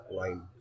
line